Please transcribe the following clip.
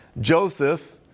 Joseph